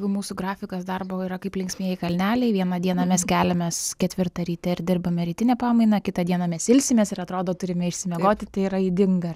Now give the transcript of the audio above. mūsų grafikas darbo yra kaip linksmieji kalneliai vieną dieną mes keliamės ketvirtą ryte ir dirbame rytinę pamainą kitą dieną mes ilsimės ir atrodo turime išsimiegoti tai yra ydinga ar ne